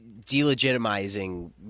delegitimizing